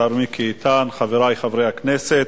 השר מיקי איתן, חברי חברי הכנסת,